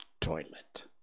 toilet